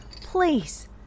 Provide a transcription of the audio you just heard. please